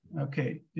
Okay